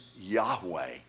Yahweh